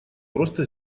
просто